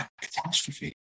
Catastrophe